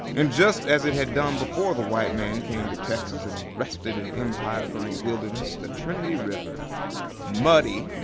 and just as it had done before the white man came to texas and wrested an empire from the wilderness, the trinity river muddy,